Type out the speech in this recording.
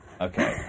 Okay